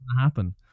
happen